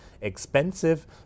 expensive